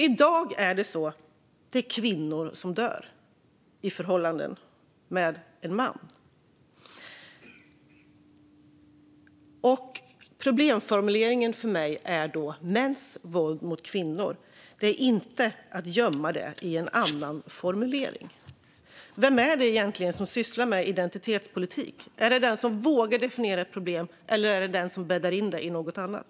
I dag är det kvinnor som dör i förhållanden med en man. Problemformuleringen för mig blir då mäns våld mot kvinnor, inte att gömma det i en annan formulering. Vem är det egentligen som sysslar med identitetspolitik? Är det den som vågar definiera ett problem eller den som bäddar in det i något annat?